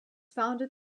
founded